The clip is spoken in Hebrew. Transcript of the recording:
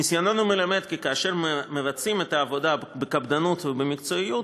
ניסיוננו מלמד כי כאשר מבצעים את העבודה בקפדנות ובמקצועיות,